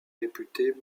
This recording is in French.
réputées